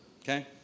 Okay